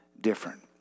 different